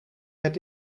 het